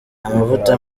amavuta